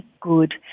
good